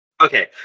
Okay